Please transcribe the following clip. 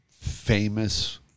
famous